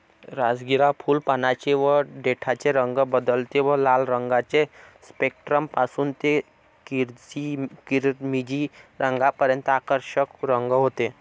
राजगिरा फुल, पानांचे व देठाचे रंग बदलते व लाल रंगाचे स्पेक्ट्रम पासून ते किरमिजी रंगापर्यंत आकर्षक रंग होते